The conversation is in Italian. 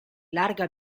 larga